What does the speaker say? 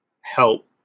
help